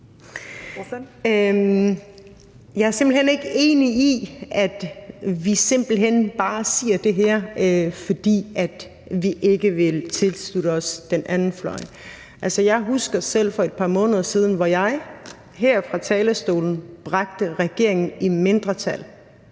hen ikke enig i, at vi bare siger det her, fordi vi ikke vil tilslutte os den anden fløj. Altså, jeg husker selv for et par måneder siden, hvor jeg her fra talerstolen bragte regeringen i mindretal